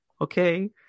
okay